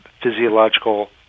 physiological